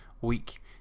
Week